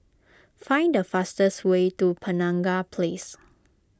find the fastest way to Penaga Place